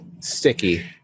sticky